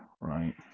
right